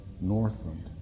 Northland